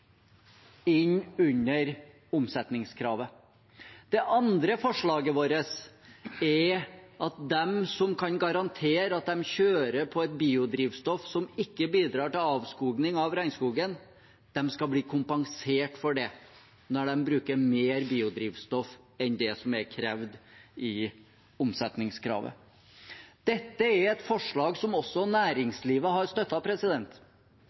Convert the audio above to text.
inn under omsetningskravet. Det andre forslaget vårt er at de som kan garantere at de kjører på et biodrivstoff som ikke bidrar til avskoging av regnskogen, skal bli kompensert for det når de bruker mer biodrivstoff enn det som er satt i omsetningskravet. Dette er et forslag som også næringslivet har